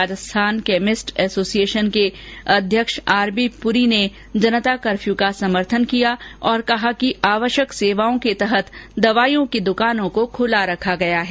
Rajasthan chemist association के अध्यक्ष R B Puri ने जनता कर्फ्यू का समर्थन किया और कहा कि आवश्यक सेवा के तहत दवाईयों की दुकानों को खुला रखा गया है